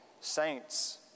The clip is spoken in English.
saints